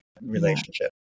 relationship